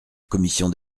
commission